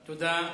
תודה.